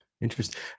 Interesting